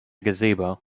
gazebo